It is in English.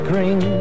Green